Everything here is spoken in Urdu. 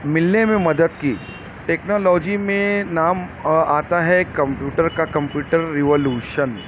ملنے میں مدد کی ٹیکنالوجی میں نام آتا ہے کمپیوٹر کا کمپیوٹر ریولوشن